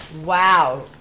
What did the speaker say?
wow